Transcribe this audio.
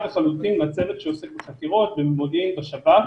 לחלוטין מהצוות שעוסק בחקירות ובמודיעין בשב"כ.